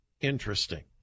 interesting